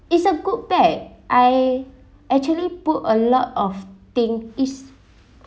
it's a good bag I actually put a lot of thing this